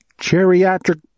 geriatric